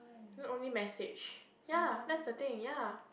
then only message ya that's the thing ya